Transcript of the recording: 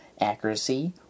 accuracy